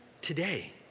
today